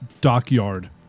dockyard